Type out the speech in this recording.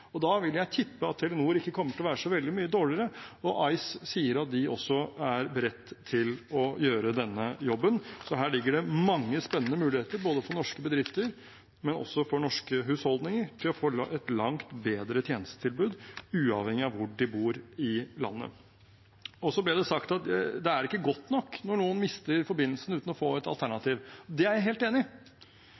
og da vil jeg tippe at Telenor ikke kommer til å være så veldig mye dårligere, og Ice sier at de også er beredt til å gjøre denne jobben. Så her ligger det mange spennende muligheter både for norske bedrifter og også for norske husholdninger til å få langt bedre tjenestetilbud, uavhengig av hvor de bor i landet. Så ble det sagt at det er ikke godt nok når noen mister forbindelsen uten å få et alternativ. Det er jeg helt enig i.